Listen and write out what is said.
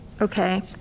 okay